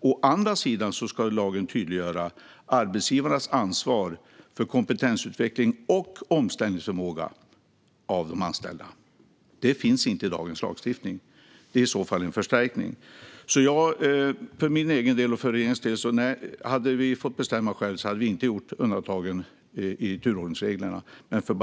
Å andra sidan ska lagen tydliggöra arbetsgivarnas ansvar för de anställdas kompetensutveckling och omställningsförmåga. Detta finns inte i dagens lagstiftning. Det är i så fall en förstärkning. För min egen del och för regeringens del kan jag säga att vi inte hade gjort undantagen i turordningsreglerna om vi hade fått bestämma själva.